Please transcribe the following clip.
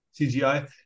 CGI